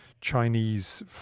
Chinese